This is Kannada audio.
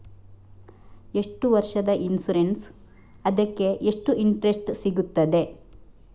ಎಷ್ಟು ವರ್ಷದ ಇನ್ಸೂರೆನ್ಸ್ ಅದಕ್ಕೆ ಎಷ್ಟು ಇಂಟ್ರೆಸ್ಟ್ ಸಿಗುತ್ತದೆ?